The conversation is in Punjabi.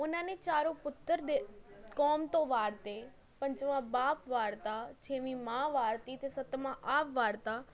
ਉਹਨਾਂ ਨੇ ਚਾਰੋਂ ਪੁੱਤਰ ਦੇ ਕੌਮ ਤੋਂ ਵਾਰਤੇ ਪੰਜਵਾਂ ਬਾਪ ਵਾਰਤਾ ਛੇਵੀਂ ਮਾਂ ਵਾਰਤੀ ਤੇ ਸੱਤਵਾਂ ਆਪ ਵਾਰਤਾ